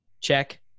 check